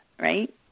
right